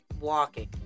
walking